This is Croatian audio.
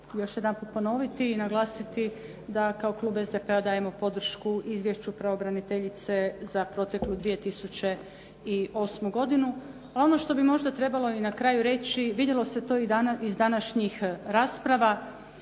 još jedanput ponoviti i naglasiti da kao klub SDP-a dajemo podršku izvješću pravobraniteljice za proteklu 2008. godinu. Ono što bi možda trebalo i na kraju reći, vidjelo se to iz današnjih rasprava.